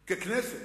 ככנסת.